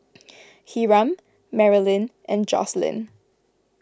Hiram Maralyn and Jocelynn